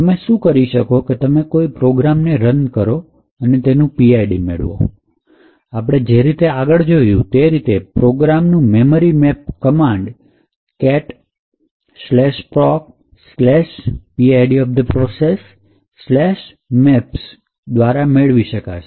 તમે શું કરી શકો કે તમે કોઈ પ્રોગ્રામ રુન કરો તેનું PID મેળવો અને આપણે જે રીતે આગળ જોયું એ રીતે એ પ્રોગ્રામનું memory map command cat procPID of processmaps દ્વારા મેળવો